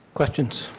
questions?